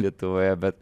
lietuvoje bet